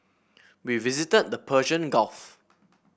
we visited the Persian Gulf